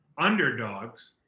underdogs